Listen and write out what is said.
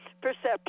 perception